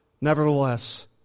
nevertheless